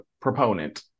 proponent